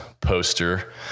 poster